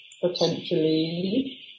potentially